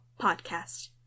Podcast